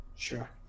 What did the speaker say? Sure